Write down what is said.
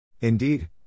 Indeed